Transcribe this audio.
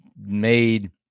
made